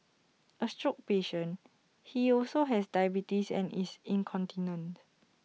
A stroke patient he also has diabetes and is incontinent